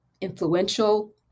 influential